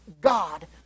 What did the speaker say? God